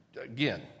again